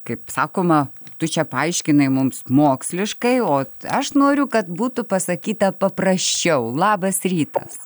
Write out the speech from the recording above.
kaip sakoma tu čia paaiškinai mums moksliškai o aš noriu kad būtų pasakyta paprasčiau labas rytas